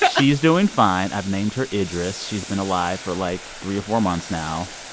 she's doing fine. i've named her idris. she's been alive for, like, three or four months now.